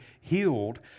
healed